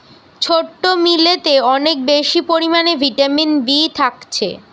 ছোট্ট মিলেতে অনেক বেশি পরিমাণে ভিটামিন বি থাকছে